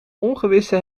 ongewisse